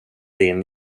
din